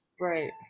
Right